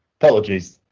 apologies,